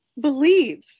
believe